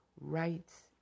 rights